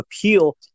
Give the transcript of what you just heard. appeal